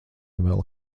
vēl